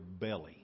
belly